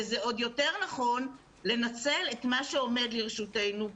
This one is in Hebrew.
וזה עוד יותר נכון לנצל את מה שעומד לרשותנו כמוזיאונים,